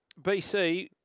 BC